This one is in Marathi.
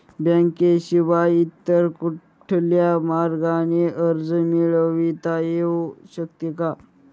बँकेशिवाय इतर कुठल्या मार्गाने कर्ज मिळविता येऊ शकते का?